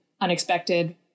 unexpected